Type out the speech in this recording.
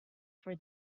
for